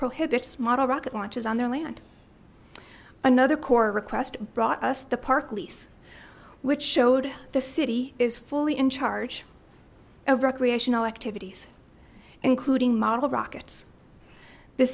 prohibits model rocket launches on their land another core request brought us the park lease which showed the city is fully in charge of recreational activities including model rockets the